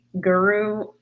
guru